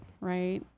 right